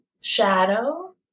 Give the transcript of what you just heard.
shadow